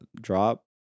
drop